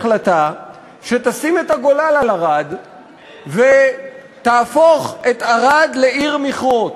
החלטה שתסתום את הגולל על ערד ותהפוך את ערד לעיר מכרות.